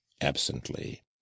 absently